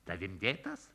tavim dėtas